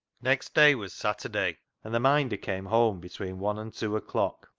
next day was saturday, and the minder came home between one and two o'clock.